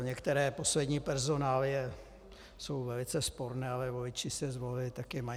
Některé poslední personálie jsou velice sporné, ale voliči si je zvolili, tak je mají.